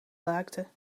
raakte